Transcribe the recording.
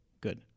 Good